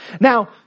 Now